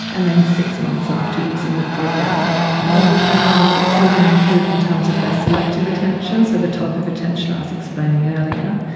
and then six months after using the program and what we found was that children improved in terms of their selective attention, so the type of attention i was explaining earlier,